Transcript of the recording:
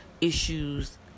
issues